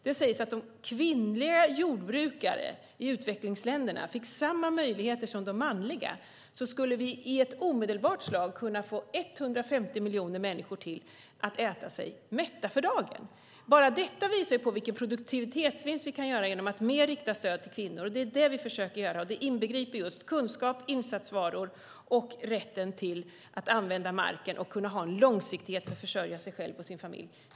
Det sägs att om kvinnliga jordbrukare i utvecklingsländerna fick samma möjligheter som de manliga skulle i ett omedelbart slag 150 miljoner människor till kunna äta sig mätta för dagen. Bara detta visar ju på vilken produktivitetsvinst vi kan göra genom att mer rikta stöd till kvinnor. Det är det vi försöker göra. Det inbegriper just kunskap, insatsvaror och rätten att använda marken för att kunna ha en långsiktighet när det gäller att försörja sig själv och sin familj.